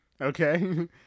Okay